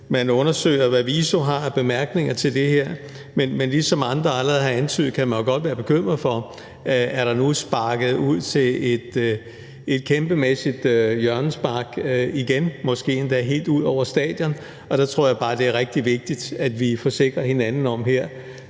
man undersøger, hvad VISO har af bemærkninger til det her. Men ligesom andre allerede har antydet, kan man jo godt være bekymret for, om der nu er sparket ud til et kæmpemæssigt hjørnespark igen, måske endda helt ud over stadion. Og der tror jeg bare, det er rigtig vigtigt, at vi her forsikrer hinanden om –